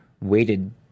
weighted